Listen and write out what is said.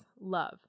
love